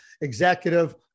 executive